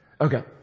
Okay